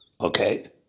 okay